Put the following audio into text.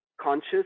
conscious